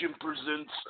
presents